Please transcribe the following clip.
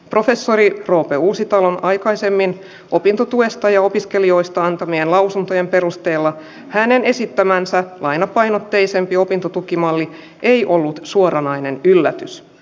professori roope uusitalon aikaisemmin opintotuesta ja opiskelijoista antamien lausuntojen perusteella hänen esittämänsä lainapainotteisempi opintotukimalli ei ollut suoranainen yllätys s